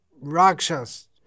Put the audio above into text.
rakshas